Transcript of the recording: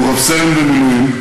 הוא רב-סרן במילואים,